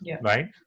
right